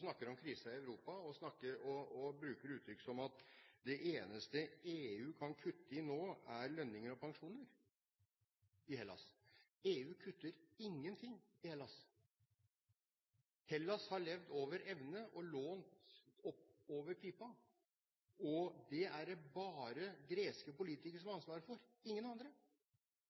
snakker om krise i Europa og bruker uttrykk som at det eneste EU kan kutte i nå, er lønninger og pensjoner i Hellas. EU kutter ingenting i Hellas. Hellas har levd over evne og lånt til opp over pipa, og det er det bare greske politikere som har ansvaret for – ingen andre.